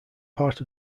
part